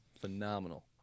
phenomenal